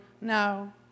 no